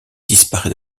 disparait